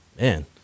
Man